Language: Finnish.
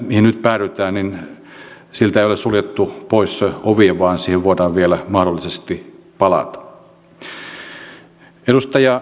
mihin nyt päädytään niin siltä ei ole suljettu pois ovia vaan siihen voidaan vielä mahdollisesti palata edustaja